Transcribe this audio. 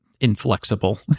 inflexible